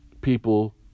people